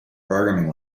programming